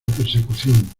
persecución